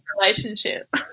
relationship